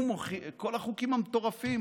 כל החוקים המטורפים